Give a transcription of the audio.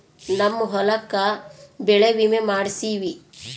ನಮ್ ಹೊಲಕ ಬೆಳೆ ವಿಮೆ ಮಾಡ್ಸೇವಿ